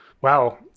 wow